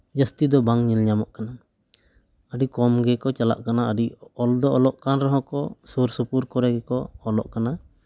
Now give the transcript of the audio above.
ᱡᱟᱹᱥᱛᱤ ᱫᱚ ᱵᱟᱝ ᱧᱮᱞ ᱧᱟᱢᱚᱜ ᱠᱟᱱᱟ ᱟᱹᱰᱤ ᱠᱚᱢ ᱜᱮᱠᱚ ᱪᱟᱞᱟᱜ ᱠᱟᱱᱟ ᱟᱹᱰᱤ ᱚᱞᱫᱚ ᱚᱞᱚᱜ ᱠᱟᱱ ᱨᱮᱦᱚᱸ ᱠᱚ ᱥᱩᱨ ᱥᱩᱯᱩᱨ ᱠᱚᱨᱮ ᱜᱮᱠᱚ ᱚᱞᱚᱜ ᱠᱟᱱᱟ